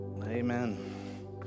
Amen